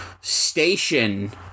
station